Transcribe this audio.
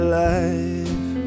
life